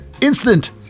instant